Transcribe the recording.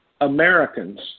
Americans